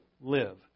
live